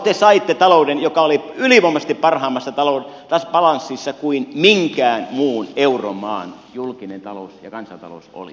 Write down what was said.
te saitte talouden joka oli ylivoimaisesti parhaimmassa balanssissa paremmassa kuin minkään muun euromaan julkinen talous ja kansantalous olivat